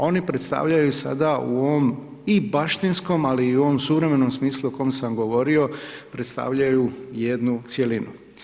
Oni predstavljaju sada u ovom i baštinskom, ali i u ovom suvremenom smislu u kojem sam govorio, predstavljaju jednu cjelinu.